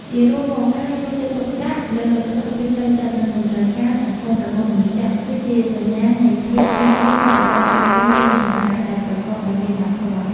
ជារួមមក ការយកចិត្តទុកដាក់លើសុខភាពផ្លូវចិត្ត និងតម្រូវការសង្គមរបស់មនុស្សចាស់ គឺជាសញ្ញាណនៃភាពជឿនលឿននៃប្រព័ន្ធគ្រប់គ្រងគ្រោះមហន្តរាយដែលប្រកបដោយមេត្តាធម៌។